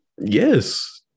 Yes